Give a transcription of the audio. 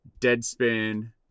deadspin